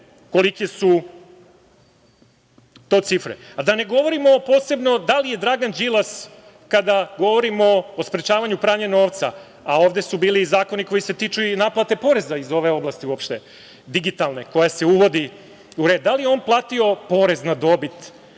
kolike su to cifre. Da ne govorimo posebno da li je Dragan Đilas, kada govorimo o sprečavanju pranja novca, a ovde su bili zakoni koji se tiču i naplate poreza iz ove oblasti, digitalne, koja se uvodi u red, da li je on platio porez na dobit,